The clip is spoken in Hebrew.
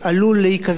עלול להיכזב.